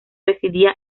residía